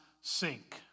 sink